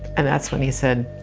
and that's when he said,